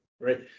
Right